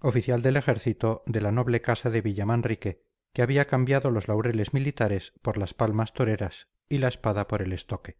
oficial del ejército de la noble casa de villamanrique que había cambiado los laureles militares por las palmas toreras y la espada por el estoque